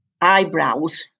eyebrows